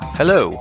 Hello